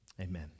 Amen